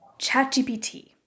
ChatGPT